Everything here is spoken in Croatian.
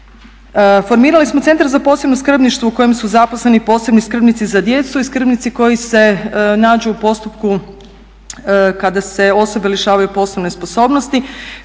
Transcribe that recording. Formirali smo Centar za posebno skrbništvo u kojem su zaposleni posebni skrbnici za djecu i skrbnici koji se nađu u postupku kada se osobe lišavaju poslovne sposobnosti.